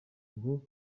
ngo